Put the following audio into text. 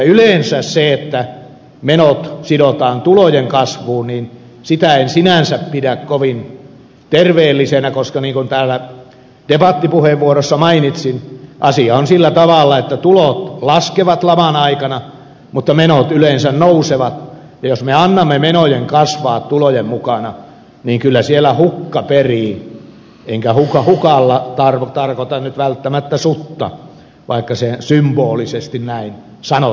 yleensä sitä että menot sidotaan tulojen kasvuun en sinänsä pidä kovin terveellisenä koska niin kuin täällä debattipuheenvuorossa mainitsin asia on sillä tavalla että tulot laskevat laman aikana mutta menot yleensä nousevat ja jos me annamme menojen kasvaa tulojen mukana niin kyllä siellä hukka perii enkä hukalla tarkoita välttämättä sutta vaikka se symbolisesti näin sanotaankin